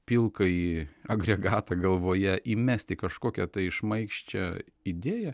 pilkąjį agregatą galvoje įmesti kažkokią tai šmaikščią idėją